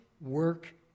work